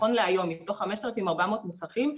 נכון להיום, מתוך 5,400 מוסכים,